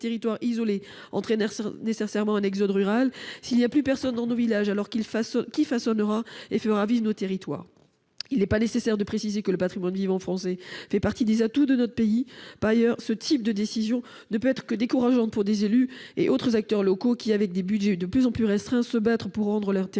Inutile de préciser que le patrimoine vivant français fait partie des atouts de notre pays. Par ailleurs, ce type de décision ne peut être que décourageant pour les élus et autres acteurs locaux, qui, avec des budgets plus que restreints, se battent pour rendre leurs territoires